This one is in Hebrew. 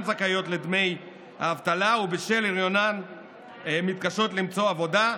זכאיות לדמי אבטלה ובשל הריונן מתקשות במציאת עבודה,